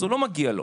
אז לא מגיע לו,